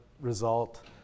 result